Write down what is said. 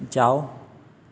जाओ